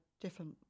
different